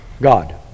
God